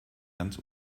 ganz